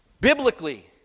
biblically